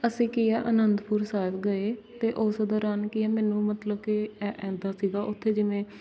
ਅਸੀਂ ਕੀ ਹੈ ਅਨੰਦਪੁਰ ਸਾਹਿਬ ਗਏ ਅਤੇ ਉਸ ਦੌਰਾਨ ਕੀ ਹੈ ਮੈਨੂੰ ਮਤਲਬ ਕੀ ਹੈ ਇੱਦਾਂ ਸੀਗਾ ਉੱਥੇ ਜਿਵੇਂ